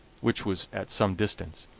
which was at some distance.